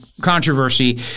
controversy